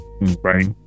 right